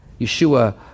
Yeshua